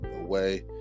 away